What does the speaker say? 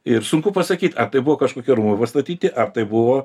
ir sunku pasakyt ar tai buvo kažkokie rūmai pastatyti ar tai buvo